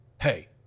hey